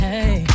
Hey